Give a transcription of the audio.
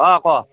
অঁ কোৱা